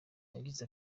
yagize